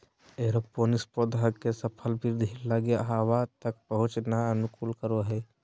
aeroponics पौधा के सफल वृद्धि लगी हवा तक पहुंच का अनुकूलन करो हइ